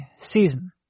season